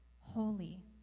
Holy